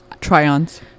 try-ons